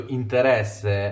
interesse